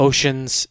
Oceans